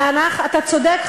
אתה צודק,